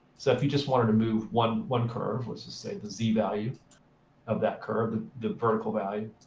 so if you just wanted to move one one curve let's just say the z value of that curve, the vertical value